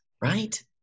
right